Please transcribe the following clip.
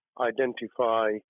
Identify